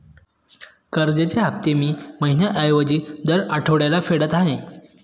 कर्जाचे हफ्ते मी महिन्या ऐवजी दर आठवड्याला फेडत आहे